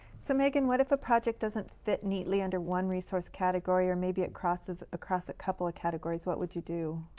so, megan, what if a project doesn't fit neatly under one resource category, or maybe it crosses across a couple ah categories? what would you do?